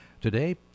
Today